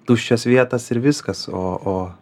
tuščias vietas ir viskas o o